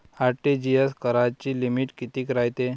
RTGS कराची limit कितीक रायते?